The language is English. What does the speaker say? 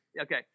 Okay